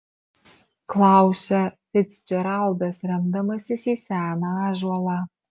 klausia ficdžeraldas remdamasis į seną ąžuolą